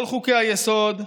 כל חוקי-היסוד כולם,